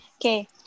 Okay